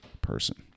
person